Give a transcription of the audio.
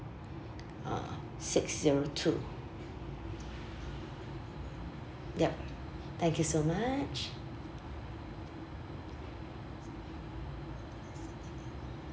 uh six zero two yup thank you so much